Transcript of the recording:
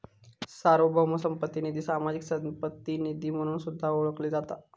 सार्वभौम संपत्ती निधी, सामाजिक संपत्ती निधी म्हणून सुद्धा ओळखला जाता